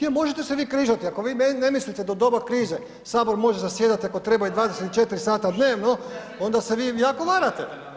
Je možete se vi križati, ako vi ne mislite da u doba krize Sabor može zasjedati ako treba i 24 sata dnevno onda se vi jako varate.